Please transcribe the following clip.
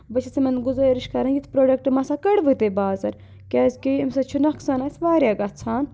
بہٕ چھَس یِمَن گُزٲرِش کران یِتھ پرٛوڈَکٹ مہ سا کٔڑوٕے تُہۍ بازر کیازکہِ ییٚمہِ سۭتۍ چھُ نۄقصان حظ واریاہ گژھان